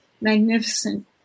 magnificent